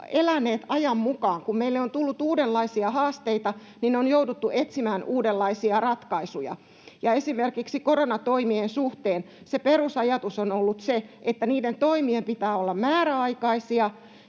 eläneet ajan mukaan. Kun meille on tullut uudenlaisia haasteita, niin on jouduttu etsimään uudenlaisia ratkaisuja. Esimerkiksi koronatoimien suhteen se perusajatus on ollut se, että niiden toimien pitää olla määräaikaisia